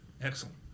Excellent